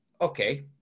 okay